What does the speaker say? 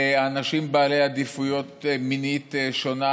באנשים בעלי העדפה מינית שונה,